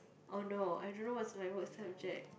oh no I don't know what's my worst subject